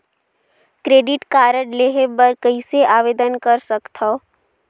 Credit card लेहे बर कइसे आवेदन कर सकथव?